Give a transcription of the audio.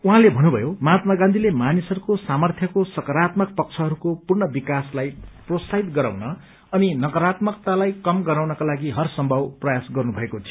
उहाँले भन्नुभयो महात्मा गाँधीले मानिसहरूको सामर्थ्यको सकारात्मक पक्षहरूको पूर्ण विकासलाई प्रोत्साहित गराउन अनि नकारात्मकतालाई कम गराउनका लागि हर सम्भव प्रयास गर्नुभएको थियो